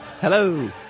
hello